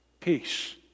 Peace